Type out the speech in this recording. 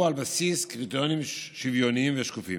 על בסיס קריטריונים שוויוניים ושקופים.